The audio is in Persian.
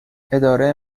اداره